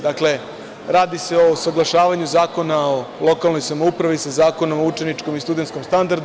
Dakle, radi se usaglašavanju Zakona o lokalnoj samoupravi sa Zakonom o učeničkom i studentskom standardu.